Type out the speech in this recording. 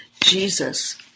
Jesus